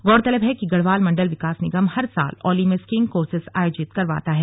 गौरतलब है कि गढ़वाल मंडल विकास निगम हर साल औली में स्कीइंग कोर्सेज आयोजित करवता है